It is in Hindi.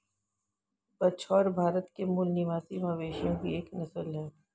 बछौर भारत के मूल निवासी मवेशियों की एक नस्ल है